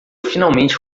finalmente